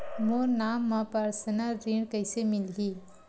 मोर नाम म परसनल ऋण कइसे मिलही?